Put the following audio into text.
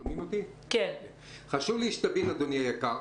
אדוני היקר,